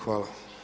Hvala.